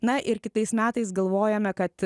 na ir kitais metais galvojame kad